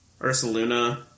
Ursaluna